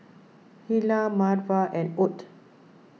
Hilah Marva and Ott